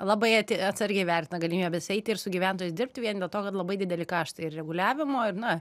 labai ati atsargiai vertina galimybes eiti ir su gyventojais dirbti vien dėl to kad labai dideli kaštai ir reguliavimo ir na